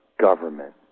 government